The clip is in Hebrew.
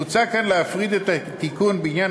מוצע כאן להפריד את התיקון בעניין